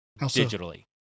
digitally